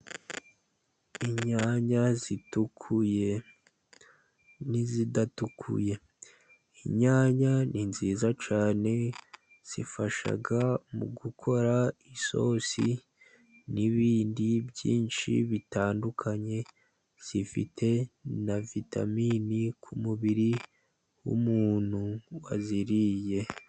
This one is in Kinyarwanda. Inyanya zitukuye n'izidatukuye. Inyanya ni nziza cyane zifasha mu gukora isosi n'ibindi byinshi bitandukanye. Zifite na vitaminini ku mubiri w'umuntu waziriye.